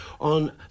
on